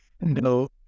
No